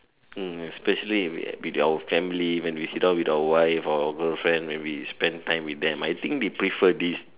mm especially with with our family when we sit down with our wife or girlfriend when we spend time with them I think they prefer this